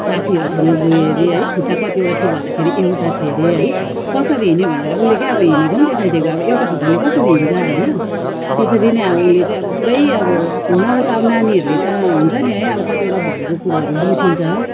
साथीहरूसँग गयो अरे है खुट्टा कतिवटा थियो भन्दाखेरि एउटा थियो अरे है कसरी हिँड्यो भनेर उसले के अब हिँडेको पनि देखाइदिएको अब एउटा खुट्टाले कसरी हिँड्छ होइन त्यसरी नै अब उसले चाहिँ अब पुरै अब नभए त अब नानीहरूले त हुन्छ नि है अब कतिवटा भनेको कुराहरू बिर्सिन्छ